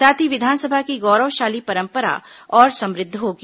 साथ ही विधानसभा की गौरवशाली परंपरा और समृद्ध होगी